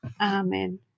Amen